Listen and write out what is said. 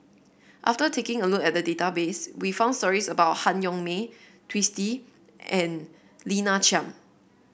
after taking a look at the database we found stories about Han Yong May Twisstii and Lina Chiam